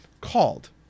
called